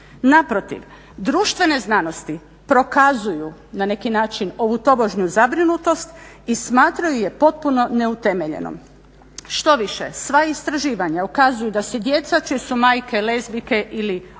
Naprotiv, društvene znanosti prokazuju na neki način ovu tobožnju zabrinutost i smatraju je potpuno neutemeljenom. Štoviše sva istraživanja ukazuju da se djeca čije su majke lezbijske ili očevi